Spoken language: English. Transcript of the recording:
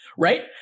Right